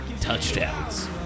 touchdowns